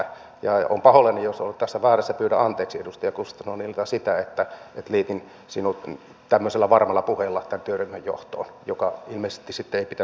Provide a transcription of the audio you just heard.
olen pahoillani jos olen ollut tässä väärässä ja pyydän anteeksi edustaja gustafssonilta sitä että liitin sinut tämmöisellä varmalla puheella tämän työryhmän johtoon mikä ilmeisesti sitten ei pitänyt paikkaansa